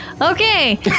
okay